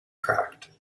cracked